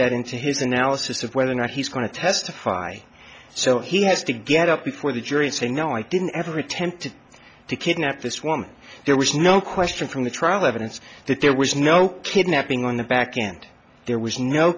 that into his analysis of whether or not he's going to testify so he has to get up before the jury and say no i didn't ever attempted to kidnap this woman there was no question from the trial evidence that there was no kidnapping in the back and there was no